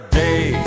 day